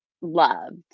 loved